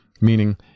Meaning